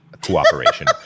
Cooperation